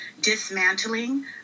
dismantling